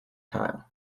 tile